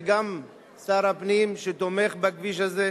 וגם של שר הפנים שתומך בכביש הזה.